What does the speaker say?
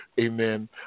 amen